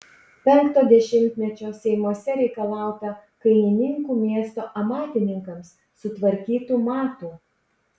penkto dešimtmečio seimuose reikalauta kainininkų miesto amatininkams sutvarkytų matų